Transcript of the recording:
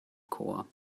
chor